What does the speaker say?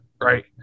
Right